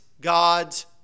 God's